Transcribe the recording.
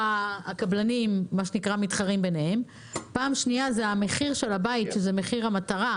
הקבלנים מחויבים לבנות לפי המפרט.